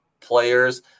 players